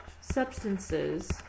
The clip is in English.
substances